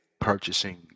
purchasing